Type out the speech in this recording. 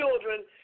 children